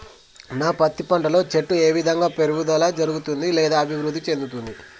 నా పత్తి పంట లో చెట్టు ఏ విధంగా పెరుగుదల జరుగుతుంది లేదా అభివృద్ధి చెందుతుంది?